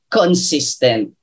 consistent